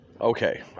Okay